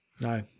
no